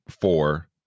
four